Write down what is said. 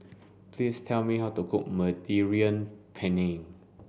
please tell me how to cook Mediterranean Penne